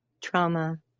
trauma